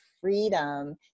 freedom